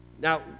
now